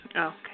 Okay